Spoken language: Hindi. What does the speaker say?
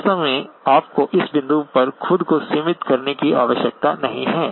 वास्तव में आपको इस बिंदु पर खुद को सीमित करने की आवश्यकता नहीं है